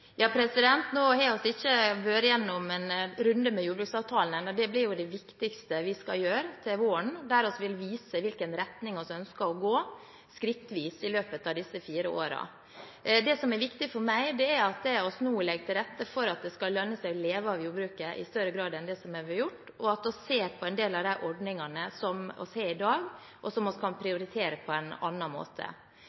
Nå har vi ikke vært gjennom noen runde med jordbruksavtalen ennå. Det blir det viktigste vi skal gjøre til våren, der vi vil vise i hvilken retning vi ønsker å gå, skrittvis, i løpet av disse fire årene. Det som er viktig for meg, er at vi nå legger til rette for at det skal lønne seg å leve av jordbruket i større grad enn det som har vært gjort, og at vi ser på en del av de ordningene som vi har i dag, som vi kan